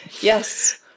yes